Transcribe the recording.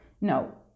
No